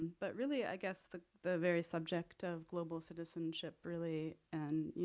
but really, i guess the the very subject of global citizenship, really, and you